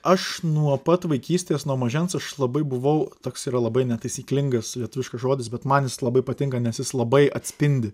aš nuo pat vaikystės nuo mažens aš labai buvau toks yra labai netaisyklingas lietuviškas žodis bet man jis labai patinka nes jis labai atspindi